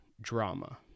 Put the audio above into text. drama